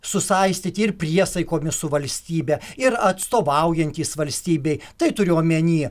susaistyti ir priesaikomis su valstybe ir atstovaujantys valstybei tai turiu omeny